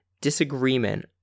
disagreement